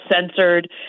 censored